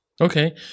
Okay